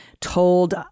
told